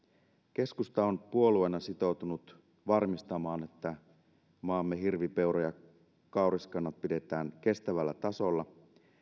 keskusta on puolueena sitoutunut varmistamaan että maamme hirvi peura ja kauriskannat pidetään kestävällä tasolla